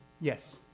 Yes